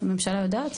הממשלה יודעת?